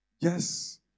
Yes